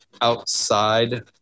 outside